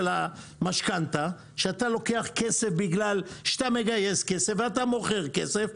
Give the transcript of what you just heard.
המשכנתה כשאתה מגייס כסף ואתה מוכר כסף,